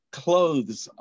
clothes